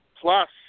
plus